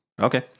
Okay